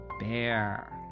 bear